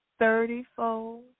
thirtyfold